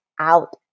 out